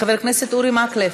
חבר הכנסת אורי מקלב.